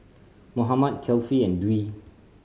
Muhammad Kefli and Dwi